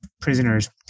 prisoners